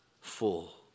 Full